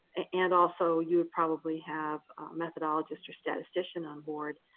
and also, you would probably have a methodologist or statistician onboard.